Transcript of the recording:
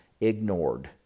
ignored